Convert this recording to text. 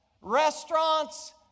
restaurants